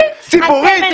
ציבורית?